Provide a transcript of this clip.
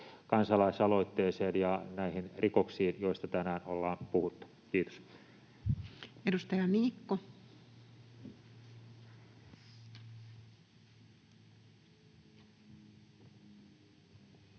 kansalaisaloitteeseen ja näihin rikoksiin, joista tänään on puhuttu. — Kiitos.